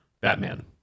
Batman